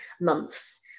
months